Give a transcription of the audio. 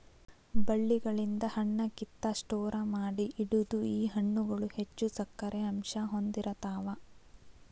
ಬಳ್ಳಿಗಳಿಂದ ಹಣ್ಣ ಕಿತ್ತ ಸ್ಟೋರ ಮಾಡಿ ಇಡುದು ಈ ಹಣ್ಣುಗಳು ಹೆಚ್ಚು ಸಕ್ಕರೆ ಅಂಶಾ ಹೊಂದಿರತಾವ